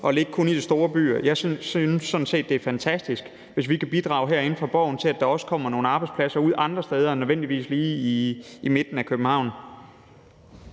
kun lægge dem i de store byer. Jeg synes sådan set, det er fantastisk, hvis vi herinde fra Borgen kan bidrage til, at der også kommer nogle arbejdspladser ud andre steder end nødvendigvis lige i midten af København.